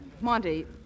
Monty